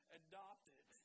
adopted